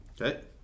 Okay